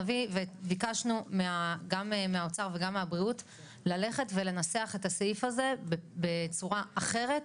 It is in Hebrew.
ביקשנו גם מהאוצר וגם מהבריאות לנסח את הסעיף הזה בצורה אחרת.